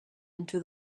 into